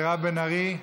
מירב בן ארי?